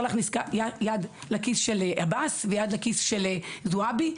להכניס יד לכיס של עבאס ולכיס של זועבי,